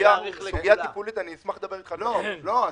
זה חשוב,